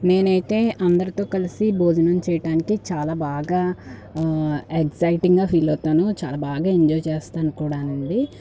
నేనైతే అందరితో కలిసి భోజనం చేయటానికి చాలా బాగా ఎక్సైటింగ్గా ఫీల్ అవుతాను చాలా బాగా ఎంజాయ్ చేస్తాను కూడా అండి